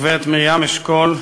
הגברת מרים אשכול,